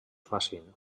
facin